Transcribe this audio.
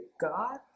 God